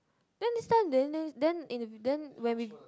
then this time then then in the f~ then when we